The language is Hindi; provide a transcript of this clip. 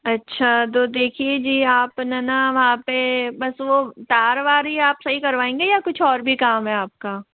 अच्छा तो देखिए जी आप ना ना वहाँ पर बस वो तार वार ही आप सही करवाएंगे या कुछ और भी काम है आप का